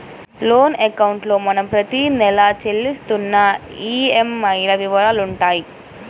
loan అకౌంట్లో మనం ప్రతి నెలా చెల్లిస్తున్న ఈఎంఐల వివరాలుంటాయి